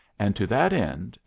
and to that end,